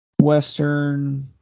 Western